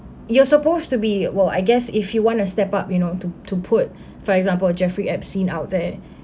you're supposed to be well I guess if you want to step up you know to to put for example of jeffrey epstein out there